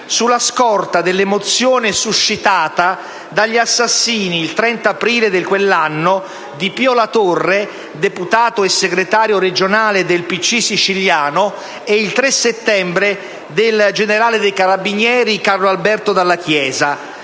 sulla scorta dell'emozione suscitata dagli assassinii, il 30 aprile di quell'anno, di Pio La Torre, deputato e segretario regionale del PCI siciliano e, il 3 settembre, di Carlo Alberto Dalla Chiesa,